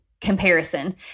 comparison